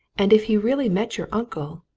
and if he really met your uncle